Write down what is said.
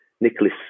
Nicholas